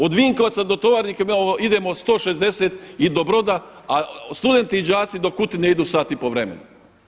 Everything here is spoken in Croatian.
Od Vinkovaca do Tovarnika idemo 160 i do Broda, a studenti i đaci do Kutine idu sat i pol vremena.